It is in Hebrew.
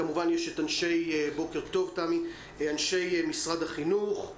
כמובן יש את אנשי משרד החינוך,